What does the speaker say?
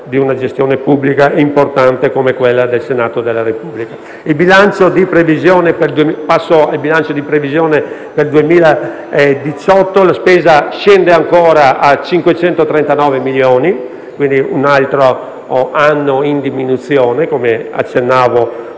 al bilancio di previsione per il 2018, la spesa scende ancora a 539 milioni, quindi un altro anno in diminuzione, come ho accennato